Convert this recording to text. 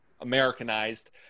Americanized